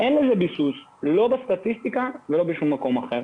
אין לזה ביסוס , לא בסטטיסטיקה ולא בשום מקום אחר.